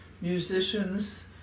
musicians